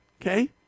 Okay